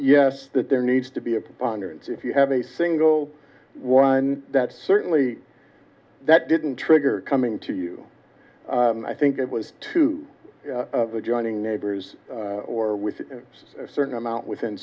yes that there needs to be a preponderance if you have a single one that certainly that didn't trigger coming to you i think it was to the joining neighbors or with a certain amount within